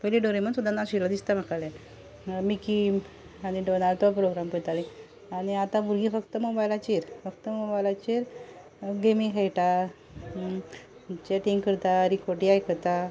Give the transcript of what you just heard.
पयलीं डोरेमोन सुद्दां नाशिल्लो दिसता म्हाका जाल्या मिकी आनी डॉनाल्ड तो प्रोग्राम पयतालीं आनी आतां भुरगीं फक्त मोबायलाचेर फक्त मोबायलाचेर गेमी खेळटा चेटींग करता रिकोटी आयकता